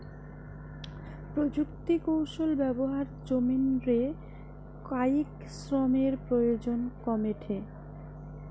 প্রযুক্তিকৌশল ব্যবহার জমিন রে কায়িক শ্রমের প্রয়োজন কমেঠে